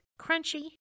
crunchy